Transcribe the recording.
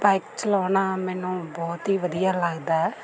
bike ਚਲਾਉਣਾ ਮੈਨੂੰ ਬਹੁਤ ਹੀ ਵਧੀਆ ਲੱਗਦਾ